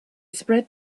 spread